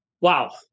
wow